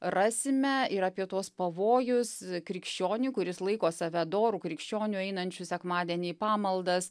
rasime ir apie tuos pavojus krikščioniui kuris laiko save doru krikščioniu einančiu sekmadienį į pamaldas